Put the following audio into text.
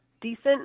decent